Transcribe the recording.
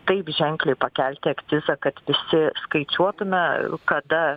taip ženkliai pakelti akcizą kad visi skaičiuotume kada